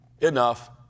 enough